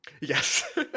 Yes